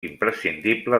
imprescindible